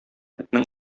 этнең